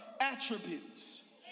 attributes